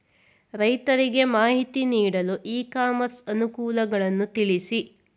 ರೈತರಿಗೆ ಮಾಹಿತಿ ನೀಡಲು ಇ ಕಾಮರ್ಸ್ ಅನುಕೂಲಗಳನ್ನು ತಿಳಿಸಿ?